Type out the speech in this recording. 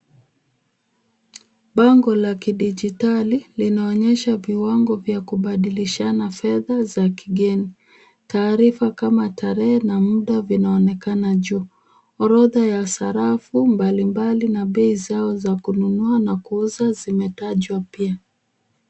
Bango la kidijitali linaonyesha viwango vya kubadilishana fedha za kigeni. Taarifa kama tarehe na muda vinaonekana juu. Orodha ya sarafu mbalimbali na bei zao za kununua na kuuzwa zimetajwa pia.